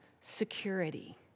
security